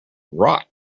rot